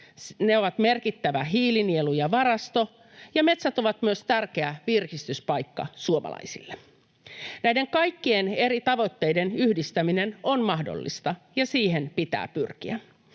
ne ovat merkittävä hiilinielu ja ‑varasto, ja metsät ovat myös tärkeä virkistyspaikka suomalaisille. Näiden kaikkien eri tavoitteiden yhdistäminen on mahdollista, ja siihen pitää pyrkiä.